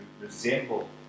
resemble